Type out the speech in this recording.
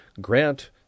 Grant